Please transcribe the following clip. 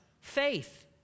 faith